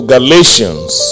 Galatians